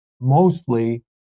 mostly